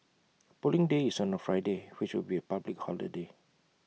Polling Day is on A Friday which will be A public holiday